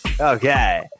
Okay